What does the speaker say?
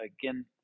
Again